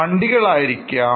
വണ്ടികൾആയിരിക്കാം